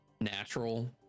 natural